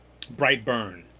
Brightburn